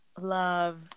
love